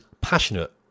passionate